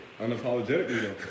Unapologetically